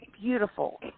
beautiful